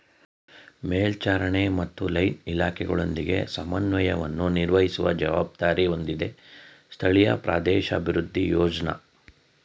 ಮೇಲ್ವಿಚಾರಣೆ ಮತ್ತು ಲೈನ್ ಇಲಾಖೆಗಳೊಂದಿಗೆ ಸಮನ್ವಯವನ್ನು ನಿರ್ವಹಿಸುವ ಜವಾಬ್ದಾರಿ ಹೊಂದಿದೆ ಸ್ಥಳೀಯ ಪ್ರದೇಶಾಭಿವೃದ್ಧಿ ಯೋಜ್ನ